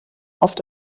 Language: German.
oft